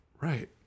right